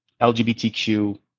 LGBTQ